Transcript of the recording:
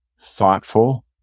thoughtful